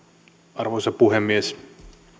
arvoisa puhemies